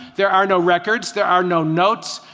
there are no records. there are no notes.